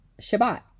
Shabbat